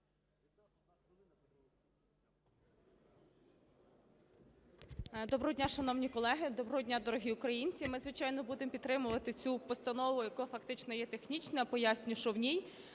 Доброго дня, шановні колеги! Доброго дня, дорогі українці! Ми, звичайно, будемо підтримувати цю постанову, яка фактично є технічна, поясню, що в ній.